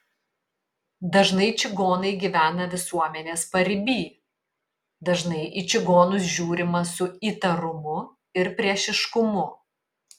dažnai čigonai gyvena visuomenės pariby dažnai į čigonus žiūrima su įtarumu ir priešiškumu